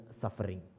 suffering